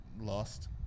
Lost